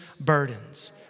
burdens